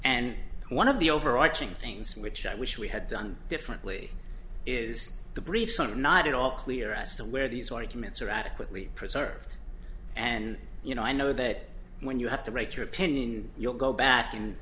and one of the overarching things which i wish we had done differently is the brief sort of not at all clear as to where these arguments are adequately preserved and you know i know that when you have to write your opinion you'll go back and